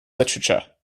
literature